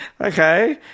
okay